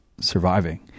Surviving